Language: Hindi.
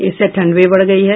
इससे ठंड भी बढ़ गयी है